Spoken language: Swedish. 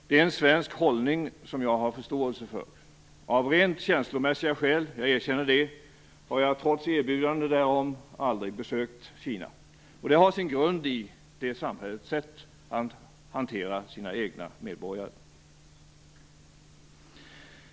Det är en svensk hållning som jag har förståelse för. Av rent känslomässiga skäl, jag erkänner det, har jag trots erbjudande därom, aldrig besökt Kina. Det har sin grund i det samhällets sätt att hantera sina egna medborgare.